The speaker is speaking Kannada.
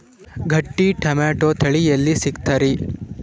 ಗಟ್ಟಿ ಟೊಮೇಟೊ ತಳಿ ಎಲ್ಲಿ ಸಿಗ್ತರಿ?